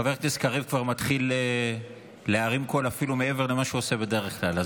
חבר הכנסת קריב כבר מתחיל להרים קול אפילו מעבר למה שהוא עושה בדרך כלל,